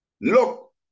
Look